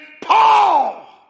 Paul